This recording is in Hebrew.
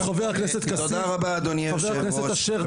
תודה רבה, אדוני היושב ראש.